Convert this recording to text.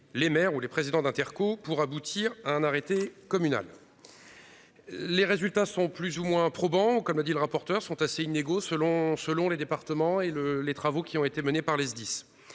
les maires ou les présidents d'interco pour aboutir à un arrêté communal. Les résultats sont plus ou moins probant comme l'dit le rapporteur sont assez inégaux selon selon les départements et le les travaux qui ont été menées par les SDIS.